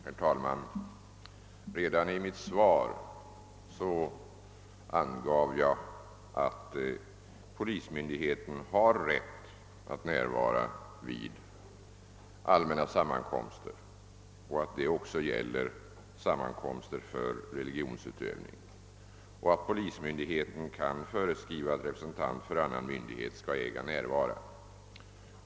Herr talman! Redan i mitt svar angav jag att polismyndigheten har rätt att närvara vid allmänna sammankomster och att detta också gäller sammankomster för religionsutövning. Polismyndigheten kan även föreskriva att representant för annan myndighet skall äga närvara.